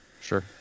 Sure